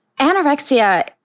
Anorexia